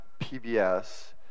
PBS